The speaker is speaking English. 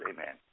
Amen